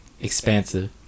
expansive